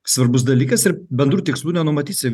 svarbus dalykas ir bendrų tikslų nenumatysi